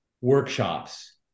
workshops